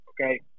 okay